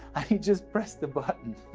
and he just pressed the button!